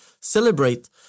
celebrate